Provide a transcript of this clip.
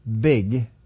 big